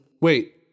Wait